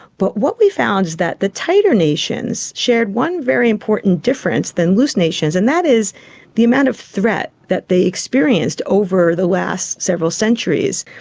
but what we found is that the tighter nations shared one very important difference than loose nations, and that is the amount of threat that they experienced over the last several centuries.